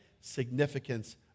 significance